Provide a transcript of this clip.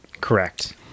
Correct